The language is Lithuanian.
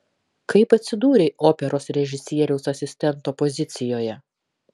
kaip atsidūrei operos režisieriaus asistento pozicijoje